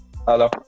Hello